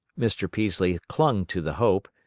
mr. peaslee clung to the hope,